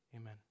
Amen